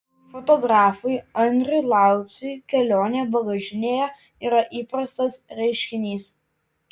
fotografui andriui lauciui kelionė bagažinėje yra įprastas reiškinys